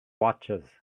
watches